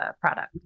product